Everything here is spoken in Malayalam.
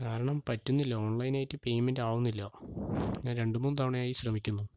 കാരണം പറ്റുന്നില്ല ഓൺലൈൻ ആയിട്ട് പേയ്മെന്റ് ആവുന്നില്ല ഞാൻ രണ്ടു മൂന്നു തവണ ആയി ശ്രമിക്കുന്നു